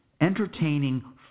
Entertaining